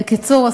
בקיצור,